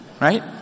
Right